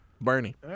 Bernie